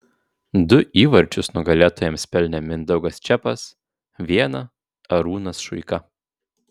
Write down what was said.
du įvarčius nugalėtojams pelnė mindaugas čepas vieną arūnas šuika